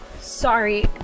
sorry